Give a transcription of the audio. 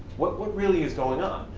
what what really is going on?